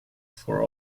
for